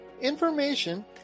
information